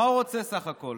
מה הוא רוצה בסך הכול?